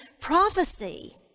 prophecy